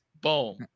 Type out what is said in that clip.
boom